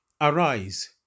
Arise